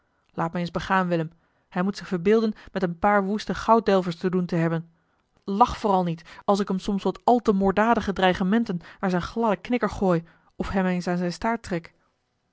laat mij eens begaan willem hij moet zich verbeelden met een paar woeste gouddelvers te doen te hebben lach vooral niet als ik hem soms wat al te moorddadige dreigementen naar zijn gladden knikker gooi of hem eens aan zijn staart trek